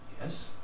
Yes